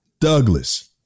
Douglas